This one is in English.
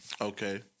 Okay